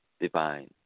divine